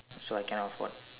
so I cannot afford